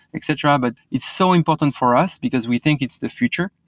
etc, but it's so important for us because we think it's the future,